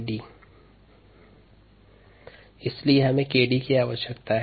D2303kd इसलिए हमें 𝑘𝑑 की आवश्यकता है